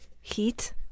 Heat